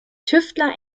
tüftler